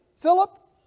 Philip